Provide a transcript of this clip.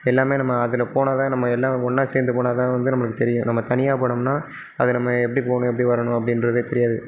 எல்லாமே நம்ம அதில் போனால்தான் நம்ம எல்லாம் ஒன்றா சேர்ந்து போனால் தான் வந்து நம்மளுக்கு தெரியும் நம்ம தனியாக போனோம்னால் அது நம்ம எப்படி போகணும் எப்படி வரணும் அப்படின்றதே தெரியாது